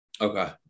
Okay